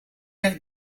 het